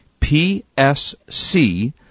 PSC